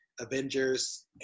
Avengers